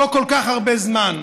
לא כל כך הרבה זמן,